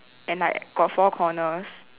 and like got four corners